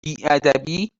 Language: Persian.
بیادبی